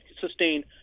sustain